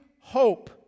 hope